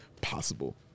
possible